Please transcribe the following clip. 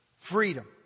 Freedom